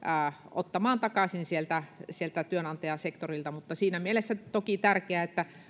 ottamaan takaisin sieltä sieltä työnantajasektorilta ja on siinä mielessä toki tärkeää että